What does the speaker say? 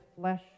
flesh